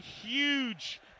huge